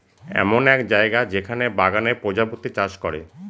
এমন এক জায়গা যেখানে বাগানে প্রজাপতি চাষ করে